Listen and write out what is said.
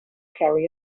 carry